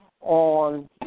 on